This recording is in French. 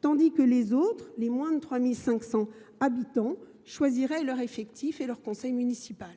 tandis que les communes de moins de 3 500 habitants pourraient choisir l’effectif de leur conseil municipal.